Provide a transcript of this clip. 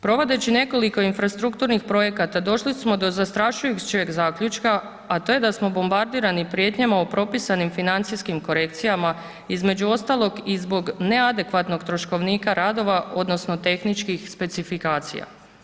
Provodeći nekoliko infrastrukturnih projekata, došli smo do zastrašujućeg zaključka, a to je da smo bombardirani prijetnjama o propisanim financijskim korekcijama, između ostalog i zbog neadekvatnog troškovnika radova odnosno tehničkih specifikacija.